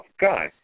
guy